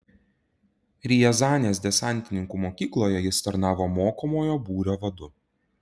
riazanės desantininkų mokykloje jis tarnavo mokomojo būrio vadu